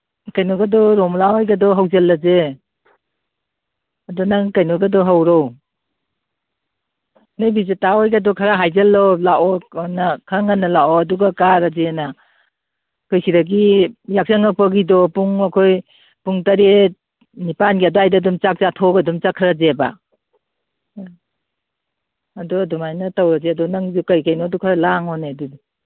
ꯀꯩꯅꯣꯒꯗꯣ ꯔꯣꯃꯂꯥꯍꯣꯏꯒꯗꯣ ꯍꯧꯖꯜꯂꯁꯦ ꯑꯗꯨ ꯅꯪ ꯀꯩꯅꯣꯒꯗꯣ ꯍꯧꯔꯣ ꯅꯣꯏ ꯕꯤꯖꯦꯇꯥꯍꯣꯏꯒꯗꯣ ꯈꯔ ꯍꯥꯏꯖꯜꯂꯣ ꯂꯥꯛꯑꯣ ꯈꯔ ꯉꯟꯅ ꯂꯥꯛꯑꯣ ꯑꯗꯨꯒ ꯀꯥꯔꯁꯦꯅ ꯑꯩꯈꯣꯏ ꯁꯤꯗꯒꯤ ꯌꯥꯆꯪꯉꯛꯄꯒꯤꯗꯣ ꯄꯨꯡ ꯑꯩꯈꯣꯏ ꯄꯨꯡ ꯇꯔꯦꯠ ꯅꯤꯄꯥꯜꯒꯤ ꯑꯗꯨꯋꯥꯏꯗ ꯑꯗꯨꯝ ꯆꯥꯛ ꯆꯥꯊꯣꯛꯑꯒ ꯑꯗꯨꯝ ꯆꯠꯈ꯭ꯔꯁꯦꯕ ꯑꯗꯨ ꯑꯗꯨꯃꯥꯏꯅ ꯇꯧꯔꯁꯦ ꯑꯗꯣ ꯅꯪꯁꯨ ꯀꯩꯀꯩꯅꯣꯗꯣ ꯈꯔ ꯂꯥꯡꯉꯣꯅꯦ ꯑꯗꯨꯗꯤ